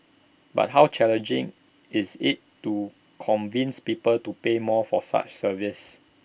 but how challenging is IT to convince people to pay more for such services